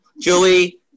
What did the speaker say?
Julie